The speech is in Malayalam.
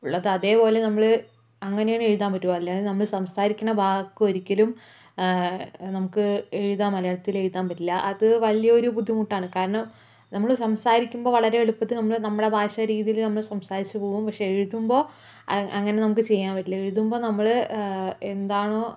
ഉള്ളത് അതേപോലെ നമ്മള് അങ്ങനെയാണ് എഴുതാൻ പറ്റൂ അല്ലാതെ സംസാരിക്കണ വാക്കൊരിക്കലും നമുക്ക് എഴുതാൻ മലയാളത്തിലെഴുതാൻ പറ്റില്ല അത് വലിയൊരു ബുദ്ധിമുട്ടാണ് കാരണം നമ്മള് സംസാരിക്കുമ്പോൾ വളരെ എളുപ്പത്തിൽ നമ്മള് നമ്മളെ ഭാഷാരീതിയില് നമ്മള് സംസാരിച്ചു പോകും പക്ഷേ എഴുതുമ്പോ അങ്ങനെ നമുക്ക് ചെയ്യാൻ പറ്റില്ല എഴുതുമ്പോൾ നമ്മള് എന്താണോ